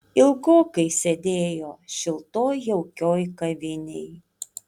ilgokai sėdėjo šiltoj jaukioj kavinėj